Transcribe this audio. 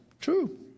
true